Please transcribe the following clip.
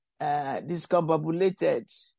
discombobulated